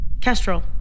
Kestrel